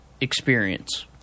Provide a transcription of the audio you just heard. experience